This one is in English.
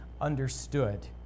understood